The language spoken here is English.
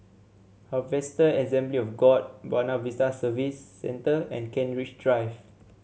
Harvester Assembly of God Buona Vista Service Centre and Kent Ridge Drive